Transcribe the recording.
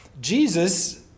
Jesus